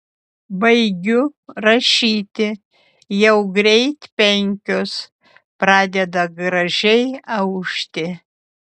baigiu rašyti jau greit penkios pradeda gražiai aušti